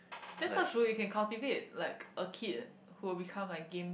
that's not true you can cultivate like a kid who will become like game